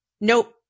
nope